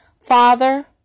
Father